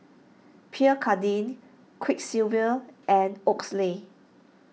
Pierre Cardin Quiksilver and Oakley